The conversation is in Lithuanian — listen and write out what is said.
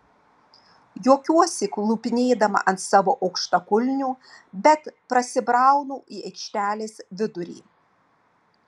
juokiuosi klupinėdama ant savo aukštakulnių bet prasibraunu į aikštelės vidurį